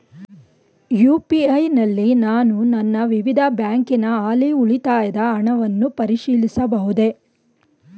UPI ನಲ್ಲಿ ನಾನು ನನ್ನ ವಿವಿಧ ಬ್ಯಾಂಕಿನ ಹಾಲಿ ಉಳಿತಾಯದ ಹಣವನ್ನು ಪರಿಶೀಲಿಸಬಹುದೇ?